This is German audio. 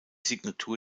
signatur